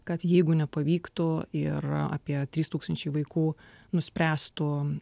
kad jeigu nepavyktų ir apie trys tūkstančiai vaikų nuspręstų